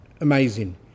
amazing